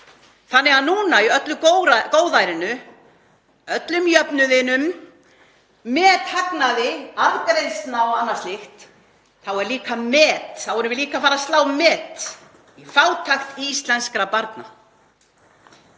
Þannig að núna í öllu góðærinu, öllum jöfnuðinum, methagnaði arðgreiðslna og annað slíkt þá erum við líka að fara að slá met í fátækt íslenskra barna.